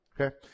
okay